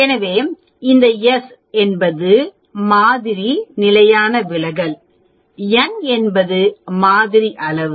எனவே இந்த S என்பது மாதிரி நிலையான விலகல் n என்பது மாதிரி அளவு